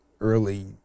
early